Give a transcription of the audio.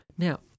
Now